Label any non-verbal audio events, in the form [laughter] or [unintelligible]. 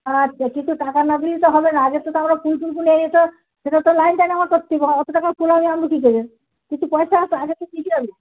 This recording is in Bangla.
আচ্ছা কিছু টাকা না দিলে তো হবে না আগের থেকে আমরা ফুল টুলগুলো এ তো সেটা তো লাইন টাইন [unintelligible] করতে হবে অতো টাকার ফুল আমরা আনবো কী করে কিছু পয়সা আগে তো দিতে হবে